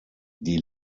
die